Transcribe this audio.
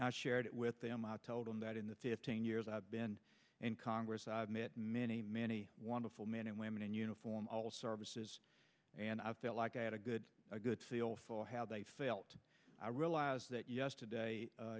i shared it with them out tell them that in the fifteen years i've been in congress i've met many many wonderful men and women in uniform all services and i felt like i had a good a good feel for how they felt i realize that yesterday